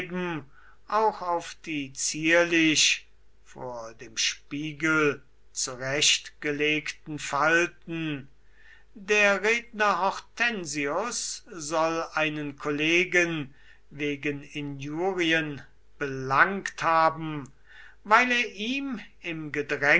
auch auf die zierlich vor dem spiegel zurechtgelegten falten der redner hortensius soll einen kollegen wegen injurien belangt haben weil er ihm